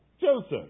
Joseph